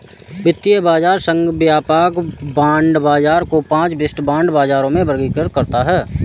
वित्तीय बाजार संघ व्यापक बांड बाजार को पांच विशिष्ट बांड बाजारों में वर्गीकृत करता है